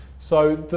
so,